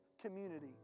community